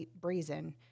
brazen